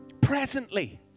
presently